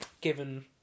given